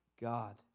God